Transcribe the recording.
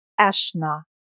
Ashna